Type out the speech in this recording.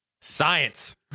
Science